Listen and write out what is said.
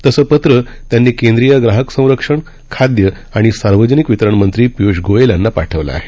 तसं पत्र त्यांनी केंद्रीय ग्राहक संरक्षण खाद्य आणि सार्वजनिक वितरण मंत्री पियुष गोयल यांना पाठवलं आहे